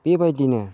बेबायदिनो